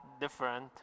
different